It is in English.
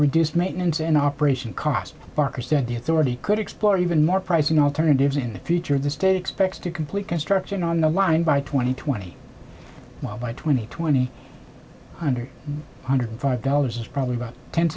reduce maintenance and operation costs barker said the authority could explore even more pricing alternatives in the future the state expects to complete construction on the line by twenty twenty while by twenty twenty one hundred hundred dollars it's probably about ten